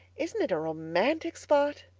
isn't it a romantic spot?